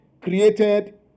created